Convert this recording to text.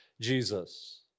Jesus